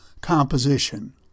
composition